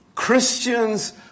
Christians